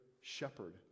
shepherd